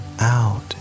Out